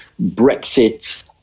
Brexit